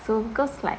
so girls like